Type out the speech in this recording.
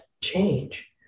change